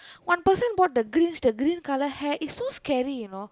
one person bought the Grinch the green colour hat it's so scary you know